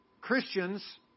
Christians